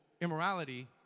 immorality